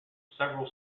several